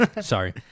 Sorry